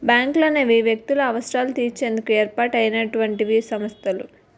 బ్యాంకులనేవి వ్యక్తుల అవసరాలు తీర్చేందుకు ఏర్పాటు అయినటువంటి సంస్థలు